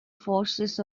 forces